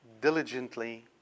diligently